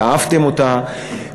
אהבתם אותה,